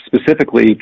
specifically